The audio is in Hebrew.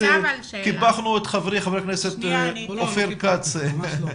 קיפחנו את חברי חבר הכנסת אופיר כץ.